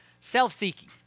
Self-seeking